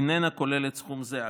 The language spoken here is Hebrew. היא אינה כוללת סכום זה.